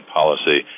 policy